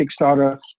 Kickstarter